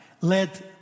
Let